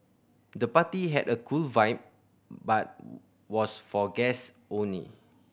the party had a cool vibe but was for guest only